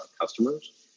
customers